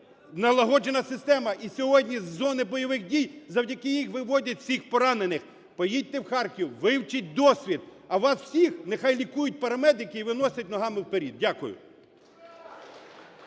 налагоджена система і сьогодні з зони бойових дій завдяки їй виводять всіх поранених. Поїдьте в Харків, вивчіть досвід. А вас всіх нехай лікують парамедики і виносять ногами вперед. Дякую.